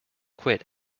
quit